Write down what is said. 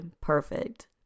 perfect